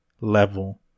level